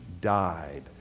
died